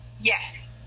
Yes